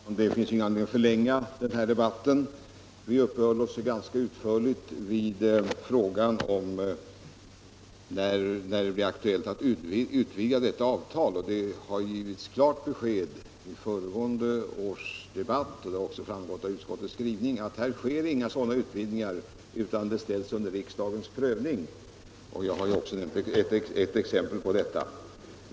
Herr talman! Det finns ingen anledning att förlänga den här debatten. Vi uppehöll oss ganska utförligt vid frågan om när det blir aktuellt att utvidga detta avtal. Det har givits klart besked i föregående års debatt, och det har också framgått av utskottets skrivning att här sker inga sådana utvidgningar, utan frågan ställs under riksdagens prövning. Jag har också ett exempel på detta.